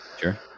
Sure